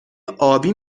ابی